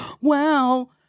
wow